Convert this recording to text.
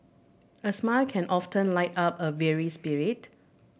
a smile can often light up a weary spirit